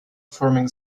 forming